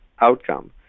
outcome